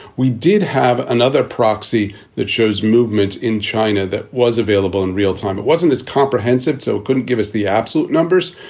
we did have another proxy that shows movement in china that was available in real time. it wasn't as comprehensive. so couldn't give us the absolute numbers.